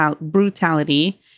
brutality